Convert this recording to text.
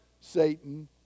Satan